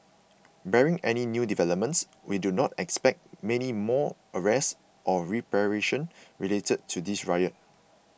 barring any new developments we do not expect many more arrest or repatriation related to this riot